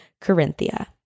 Corinthia